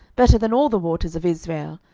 better than all the waters of israel?